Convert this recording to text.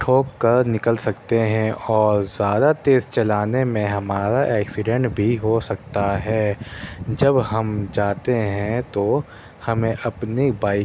ٹھوک کر نکل سکتے ہیں اور زیادہ تیز چلانے میں ہمارا ایکسیڈینٹ بھی ہو سکتا ہے جب ہم جاتے ہیں تو ہمیں اپنی بائک